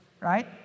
Right